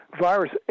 Virus